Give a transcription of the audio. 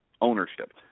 ownership